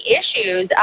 issues